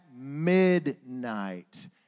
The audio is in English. midnight